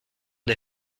des